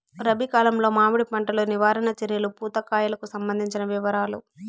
రబి కాలంలో మామిడి పంట లో నివారణ చర్యలు పూత కాయలకు సంబంధించిన వివరాలు?